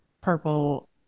purple